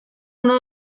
uno